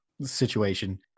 situation